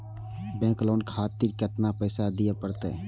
Bank loan खातीर केतना पैसा दीये परतें?